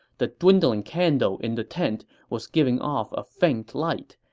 the dwindling candle in the tent was giving off a faint light,